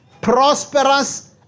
prosperous